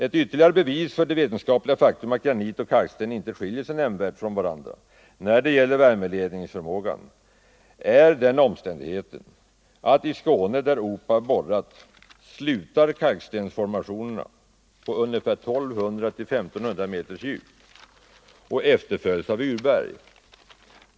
Ett ytterligare bevis för det vetenskapliga faktum att granit och kalksten inte skiljer sig nämnvärt från varandra när det gäller värmeledningsförmågan är den omständigheten att i Skåne, där OPAB har borrat, slutar kalkstensformationerna på 1 200 — 1 500 meters djup och efterföljs av urberg.